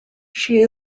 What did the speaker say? she